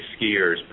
skiers